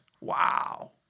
Wow